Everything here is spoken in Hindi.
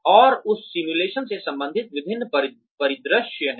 और उस सिमुलेशन से संबंधित विभिन्न परिदृश्य हैं